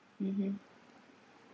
(uh huh)